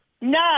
No